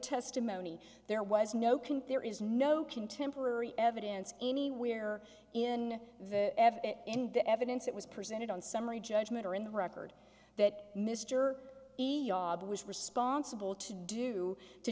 testimony there was no can there is no contemporary evidence anywhere in the in the evidence that was presented on summary judgment or in the record that mr was responsible to do to